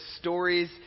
stories